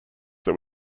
that